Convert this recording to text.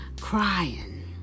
crying